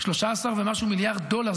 13 ומשהו מיליארד דולר,